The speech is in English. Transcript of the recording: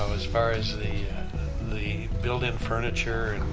so as far as the built-in furniture